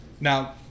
Now